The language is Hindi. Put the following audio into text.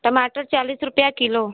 टमाटर चालीस रुपया किलो